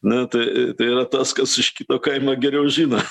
na tai tai yra tas kas iš kito kaimo geriau žino